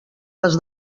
les